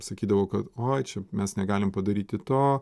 sakydavau kad oi čia mes negalim padaryti to